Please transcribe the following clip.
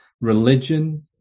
religion